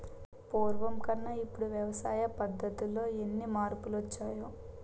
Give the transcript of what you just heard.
పూర్వకన్నా ఇప్పుడు వ్యవసాయ పద్ధతుల్లో ఎన్ని మార్పులొచ్చాయో